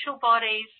bodies